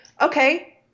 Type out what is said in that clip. okay